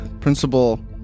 Principal